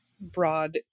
broad